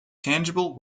tangible